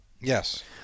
Yes